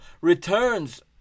returns